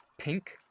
pink